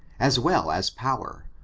as well as power,